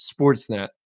Sportsnet